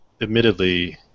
admittedly